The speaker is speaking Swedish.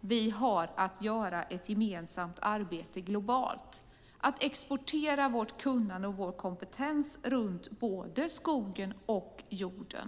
Vi har att göra ett gemensamt arbete globalt genom att exportera vårt kunnande och vår kompetens när det gäller skogen och jorden.